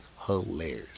hilarious